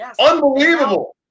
Unbelievable